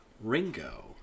ringo